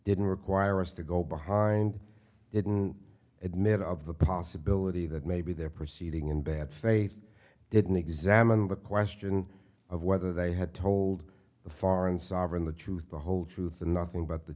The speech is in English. didn't require us to go behind didn't admit of the possibility that maybe they're proceeding in bad faith didn't examine the question of whether they had told the foreign sovereign the truth the whole truth and nothing but the